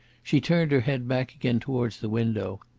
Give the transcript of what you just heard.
she turned her head back again towards the window.